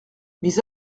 mis